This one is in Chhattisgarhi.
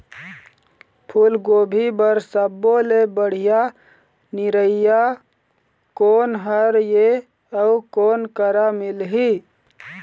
फूलगोभी बर सब्बो ले बढ़िया निरैया कोन हर ये अउ कोन करा मिलही?